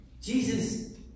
Jesus